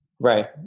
Right